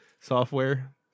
software